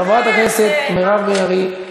חברת הכנסת מירב בן ארי.